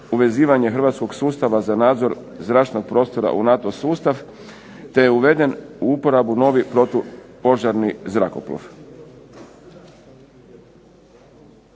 uvezivanje hrvatskoga sustava za nadzor zračnog prostora u NATO sustav te je uveden u uporabu novi protupožarni zrakoplov.